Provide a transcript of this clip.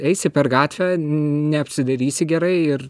eisi per gatvę neapsidairysi gerai ir